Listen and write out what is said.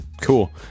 Cool